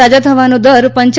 સાજા થવાનો દર પપ